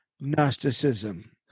Gnosticism